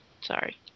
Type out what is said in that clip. Sorry